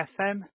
FM